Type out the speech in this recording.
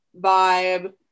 vibe